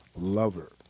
lover